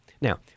Now